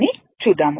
ని చూద్దాము